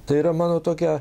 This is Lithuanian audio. tai yra mano tokia